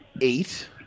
eight